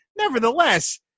nevertheless